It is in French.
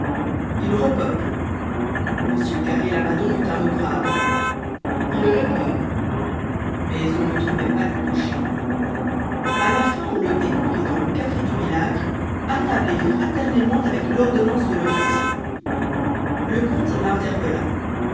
ils repeuplent m carré lamadon eut un mot grave ils réparent mais on ne trouvait pas le cocher a la fin on le découvrit dans le café du village attablé fraternellement avec l'ordonnance de l'officier le comte l'interpella